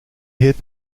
hit